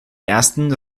ersten